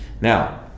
Now